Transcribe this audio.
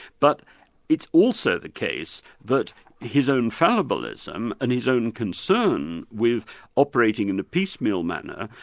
but it's also the case that his own fallibilism and his own concern with operating in a piecemeal manner,